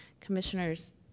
commissioners